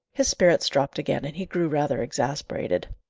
his spirits dropped again, and he grew rather exasperated.